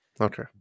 Okay